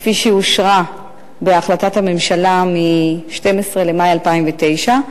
כפי שאושרה בהחלטת הממשלה מ-12 במאי 2009,